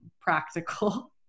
practical